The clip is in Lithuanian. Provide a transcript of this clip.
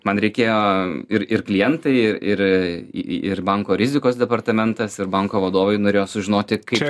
man reikėjo ir ir klientai ir i i ir banko rizikos departamentas ir banko vadovai norėjo sužinoti kaip